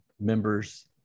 members